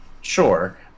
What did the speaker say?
sure